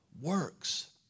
works